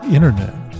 Internet